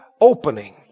opening